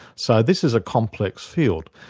so this is a complex field.